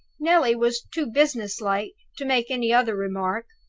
neelie was too business-like to make any other remark,